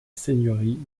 seigneurie